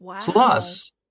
plus